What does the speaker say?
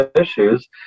issues